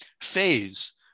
phase